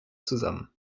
zusammen